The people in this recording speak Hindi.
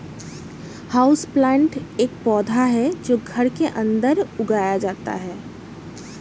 हाउसप्लांट एक पौधा है जो घर के अंदर उगाया जाता है